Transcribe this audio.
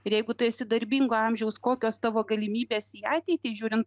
ir jeigu tu esi darbingo amžiaus kokios tavo galimybės į ateitį žiūrint